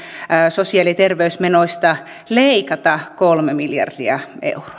sosiaali ja terveysmenoista leikata kolme miljardia euroa